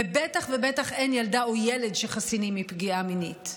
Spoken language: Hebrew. ובטח ובטח אין ילדה או ילד שחסינים מפגיעה מינית,